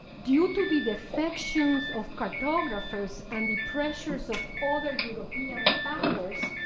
due to the defections of cartographers and the pressures of other european powers,